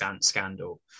scandal